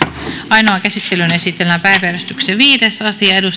ainoaan käsittelyyn esitellään päiväjärjestyksen viides asia